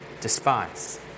despise